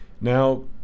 Now